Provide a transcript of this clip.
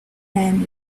man